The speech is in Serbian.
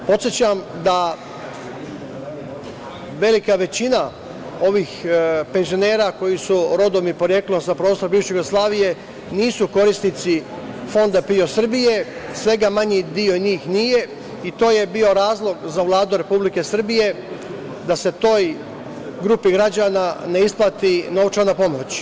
Podsećam da velika većina ovih penzionera koji su rodom i poreklom sa prostora bivše Jugoslavije nisu korisnici Fonda PIO Srbije, svega manji deo njih nije, i to je bio razlog za Vladu Republike Srbije da se toj grupi građana ne isplati novčana pomoć.